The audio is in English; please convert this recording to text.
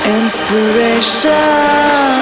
inspiration